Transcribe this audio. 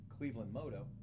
clevelandmoto